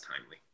timely